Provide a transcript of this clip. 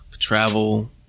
Travel